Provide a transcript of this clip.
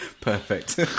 Perfect